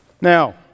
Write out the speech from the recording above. Now